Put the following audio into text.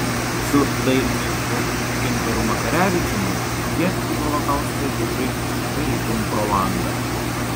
su dailininku gintaru makarevičiumi jie į holokaustą žiūri tarytum pro langą